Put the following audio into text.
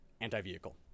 Anti-vehicle